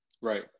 Right